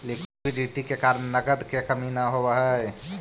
liquidity के कारण नगद के कमी न होवऽ हई